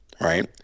right